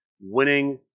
winning